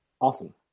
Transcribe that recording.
awesome